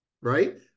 right